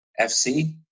FC